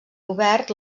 obert